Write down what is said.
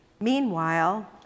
Meanwhile